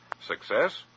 Success